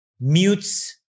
mutes